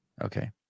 Okay